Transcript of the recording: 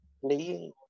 playing